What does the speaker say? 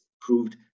proved